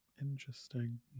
Interesting